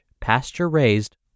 pasture-raised